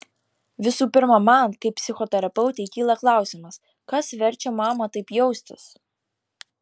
visų pirma man kaip psichoterapeutei kyla klausimas kas verčia mamą taip jaustis